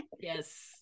yes